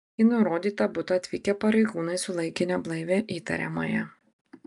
į nurodytą butą atvykę pareigūnai sulaikė neblaivią įtariamąją